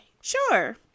Sure